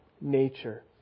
nature